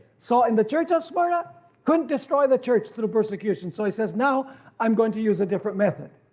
so in the church of smyrna couldn't destroy the church to the persecution so he says now i'm going to use a different method.